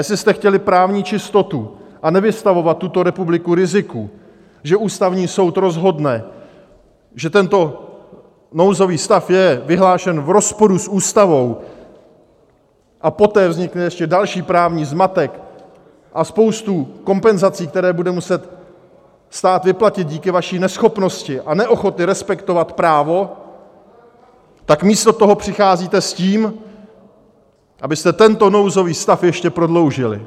Jestli jste chtěli právní čistotu a nevystavovat tuto republiku riziku, že Ústavní soud rozhodne, že tento nouzový stav je vyhlášen v rozporu s Ústavou, a poté vznikne ještě další právní zmatek a spousta kompenzací, které bude muset stát vyplatit díky vaší neschopnosti a neochotě respektovat právo, tak místo toho přicházíte s tím, abyste tento nouzový stav ještě prodloužili.